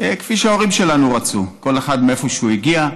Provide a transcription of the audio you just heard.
כפי שההורים שלנו רצו, כל אחד מאיפה שהוא הגיע,